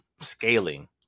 scaling